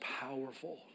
powerful